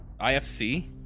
IFC